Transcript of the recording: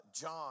John